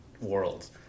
worlds